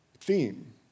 theme